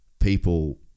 people